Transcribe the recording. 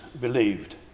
believed